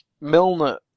Milner